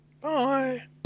Bye